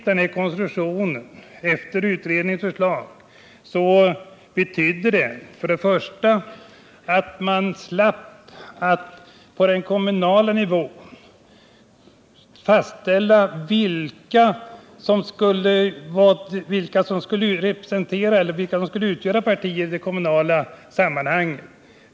Den konstruktion som vi på utredningens förslag fick betydde att man på den kommunala nivån slapp fastställa vilka grupperingar som skulle anses vara partier.